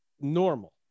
normal